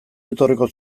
etorriko